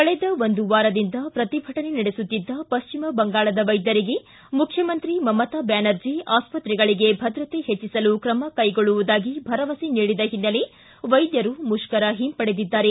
ಕಳೆದ ಒಂದು ವಾರದಿಂದ ಪ್ರತಿಭಟನೆ ನಡೆಸುತ್ತಿದ್ದ ಪಶ್ಚಿಮ ಬಂಗಾಳದ ವೈದ್ಯರಿಗೆ ಮುಖ್ಯಮಂತ್ರಿ ಮಮತಾ ಬ್ಯಾನರ್ಜಿ ಆಸ್ಷತ್ರೆಗಳಿಗೆ ಭದ್ರತೆ ಹೆಚ್ಚಿಸಲು ಕ್ರಮ ಕೈಗೊಳ್ಳುವುದಾಗಿ ಭರವಸೆ ನೀಡಿದ ಹಿನ್ನೆಲೆ ವೈದ್ಯರು ಮುಷ್ಕರ ಹಿಂಪಡೆದಿದ್ದಾರೆ